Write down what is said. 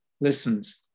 listens